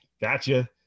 gotcha